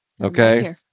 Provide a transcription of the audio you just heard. Okay